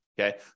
Okay